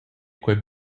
quei